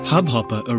Hubhopper